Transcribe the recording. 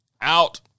out